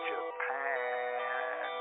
Japan